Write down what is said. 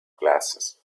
glasses